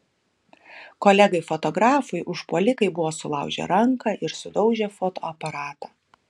kolegai fotografui užpuolikai buvo sulaužę ranką ir sudaužę fotoaparatą